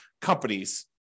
companies